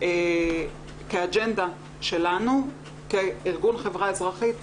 כאג'נדה שלנו כארגון חברה אזרחית,